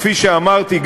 כפי שאמרתי,